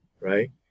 right